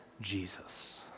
Jesus